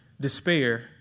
despair